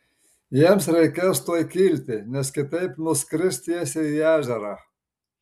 jiems reikės tuoj kilti nes kitaip nuskris tiesiai į ežerą